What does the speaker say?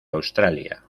australia